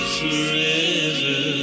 forever